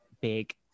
big